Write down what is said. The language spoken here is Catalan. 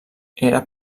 era